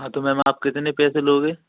हाँ तो मैम आप कितने पैसे लोगे